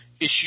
Issue